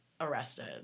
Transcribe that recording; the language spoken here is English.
arrested